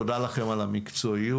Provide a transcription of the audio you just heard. תודה לכם על המקצועיות,